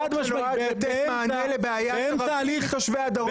חוק דרומי הוא חוק שנתן מענה לבעיה של חצי מתושבי הדרום.